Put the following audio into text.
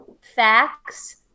facts